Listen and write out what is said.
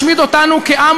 תגידו מה כן תעשו,